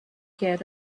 care